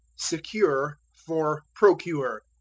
secure for procure.